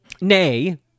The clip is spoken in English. nay